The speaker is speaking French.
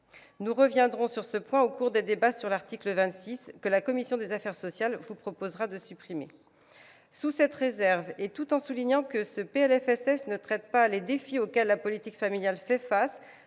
Nous reviendrons sur ce point au cours des débats sur l'article 26, que la commission des affaires sociales vous proposera de supprimer, mes chers collègues. Sous cette réserve, et tout en soulignant que ce PLFSS ne traite pas les défis auxquels la politique familiale fait face,